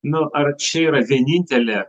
na ar čia yra vienintelė